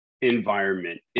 environment